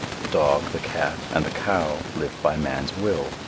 the dog, the cat, and the cow live by man's will,